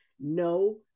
No